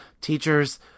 teachers